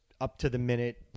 up-to-the-minute